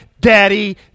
Daddy